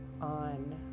on